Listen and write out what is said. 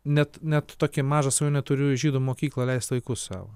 net net tokią mažą svajonę turiu į žydų mokyklą leisti vaikus savo